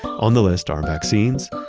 on the list are vaccines,